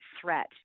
threat